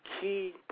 key